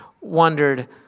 wondered